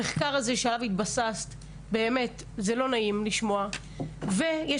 המחקר שעליו התבססת זה לא נעים לשמוע ויש